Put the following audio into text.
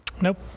Nope